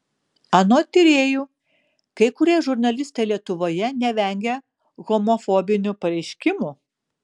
anot tyrėjų kai kurie žurnalistai lietuvoje nevengia homofobinių pareiškimų